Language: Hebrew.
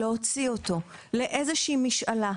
להוציא אותו לאיזושהי משאלה,